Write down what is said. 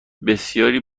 بسیاری